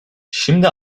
şimdi